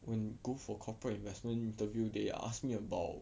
when go for corporate investment interview they asked me about